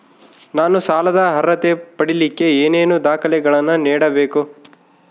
ನಾನು ಸಾಲದ ಅರ್ಹತೆ ಪಡಿಲಿಕ್ಕೆ ಏನೇನು ದಾಖಲೆಗಳನ್ನ ನೇಡಬೇಕು?